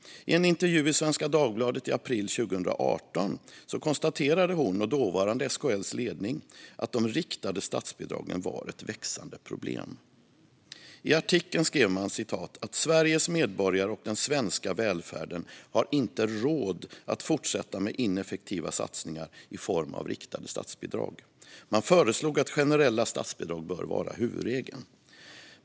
I en intervju i Svenska Dagbladet i april 2018 konstaterade hon och dåvarande SKL:s ledning att de riktade statsbidragen var ett växande problem. I artikeln skrev man: "Sveriges medborgare och den svenska välfärden har inte råd att fortsätta med ineffektiva satsningar i form av riktade statsbidrag." Man föreslog att generella statsbidrag bör vara huvudregeln.